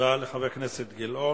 תודה לחבר הכנסת גילאון.